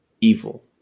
evil